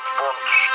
pontos